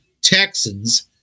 Texans